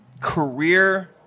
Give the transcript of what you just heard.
career